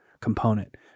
component